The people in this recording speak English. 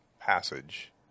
passage